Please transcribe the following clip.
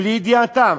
בלי ידיעתם.